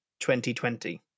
2020